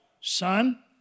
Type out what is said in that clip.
Son